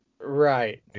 Right